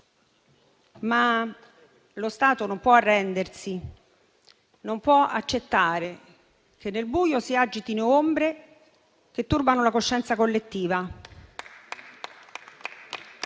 Ma lo Stato non può arrendersi, non può accettare che nel buio si agitino ombre che turbano la coscienza collettiva.